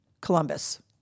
Columbus